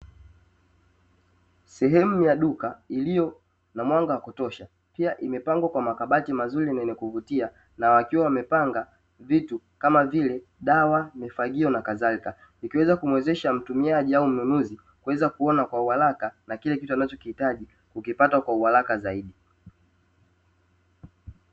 Sehemu ya duka iliyo na mwanga wa kutosha, pia imepangwa kwa makabati mazuri na ya kuvutia, na wakiwa wamepanga vitu kama vile dawa, mifagio na kadhalika. Ukiweza kumuwezesha mtumiaji au mnunuzi, kuweza kuona kwa uaraka na kile kitu anachokihitaji, kukipata kwa uharaka zaidi.